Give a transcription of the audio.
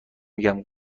میگم